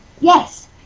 yes